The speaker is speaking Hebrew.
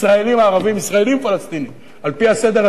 ישראלים-ערבים, ישראלים-פלסטינים, על-פי הסדר הזה.